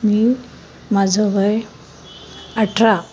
मी माझं वय अठरा